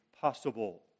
possible